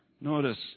Notice